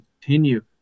continue